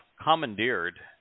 commandeered